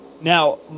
Now